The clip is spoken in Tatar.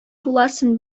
буласын